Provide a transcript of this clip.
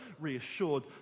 reassured